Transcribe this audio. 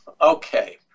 Okay